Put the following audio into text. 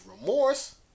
remorse